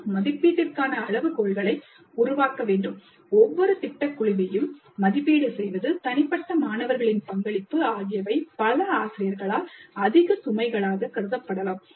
நாம் மதிப்பீட்டிற்கான அளவுகோல்களை உருவாக்க வேண்டும் ஒவ்வொரு திட்டக் குழுவையும் மதிப்பீடு செய்வது தனிப்பட்ட மாணவர்களின் பங்களிப்பு ஆகியவை பல ஆசிரியர்களால் அதிக சுமைகளாகக் கருதப்படலாம்